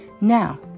Now